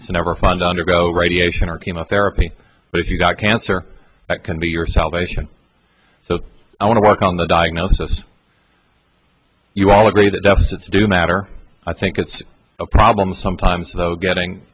it's never fun to undergo radiation or chemotherapy but if you've got cancer that can be your salvation so i want to work on the diagnosis of you all agree that deficits do matter i think it's a problem sometimes though getting